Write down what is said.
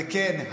וכן,